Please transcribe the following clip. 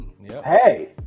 hey